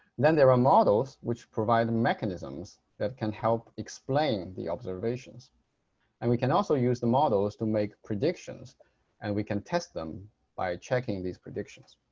then there are models which provide mechanisms that can help explain the observations and we can also use the models to make predictions and we can test them by checking these predictions.